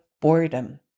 boredom